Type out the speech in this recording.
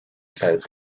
clouds